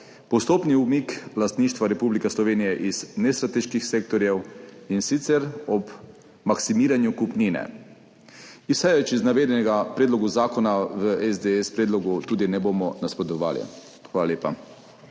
postopni umik lastništva Republike Slovenije iz nestrateških sektorjev, in sicer ob maksimiranju kupnin. Izhajajoč iz navedenega predlogu zakona v SDS tudi ne bomo nasprotovali. Hvala lepa.